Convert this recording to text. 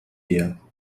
dir